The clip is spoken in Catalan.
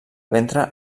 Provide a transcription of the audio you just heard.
ventre